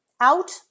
Out